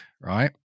right